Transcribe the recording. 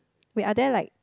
wait are there like